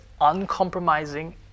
uncompromising